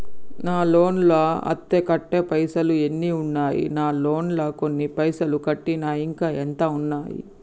నా లోన్ లా అత్తే కట్టే పైసల్ ఎన్ని ఉన్నాయి నా లోన్ లా కొన్ని పైసల్ కట్టిన ఇంకా ఎంత ఉన్నాయి?